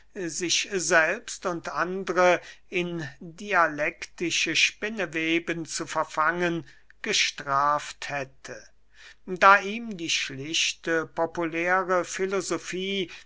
sich selbst und andre in dialektische spinneweben zu verfangen gestraft hätte da ihm die schlichte populäre